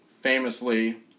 famously